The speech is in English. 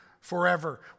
forever